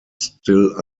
still